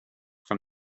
from